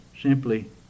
simply